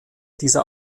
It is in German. dieser